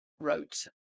wrote